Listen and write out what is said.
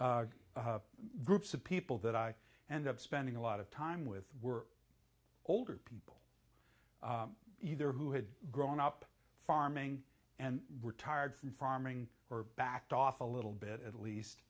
groups of people that i and of spending a lot of time with were older people either who had grown up farming and retired from farming or backed off a little bit at least